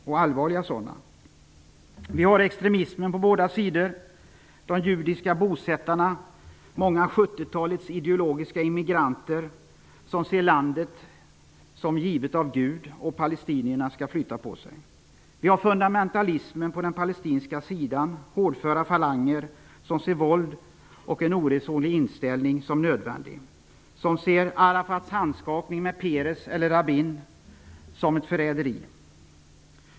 Det finns extremism på båda sidor. De judiska bosättarna och många av 70-talets ideologiska immigranter ser landet såsom givet av Gud och anser att palestinierna skall flytta på sig. Vi har fundamentalismen på den palestinska sidan. Det är hårdföra falanger som ser våld och en oresonlig inställning såsom något nödvändigt. De ser Arafats handskakning med Peres eller Rabin såsom ett förräderi.